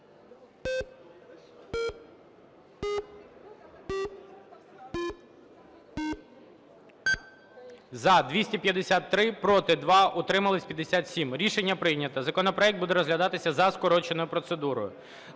За-270 Проти – 0, утримались – 45. Рішення прийнято. Законопроект буде розглядатися за скороченою процедурою.